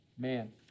Man